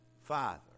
Father